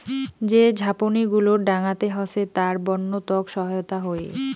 যে ঝাপনি গুলো ডাঙাতে হসে তার বন্য তক সহায়তা হই